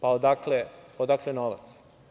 Pa, odakle novac?